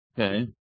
Okay